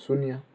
शून्य